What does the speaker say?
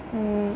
um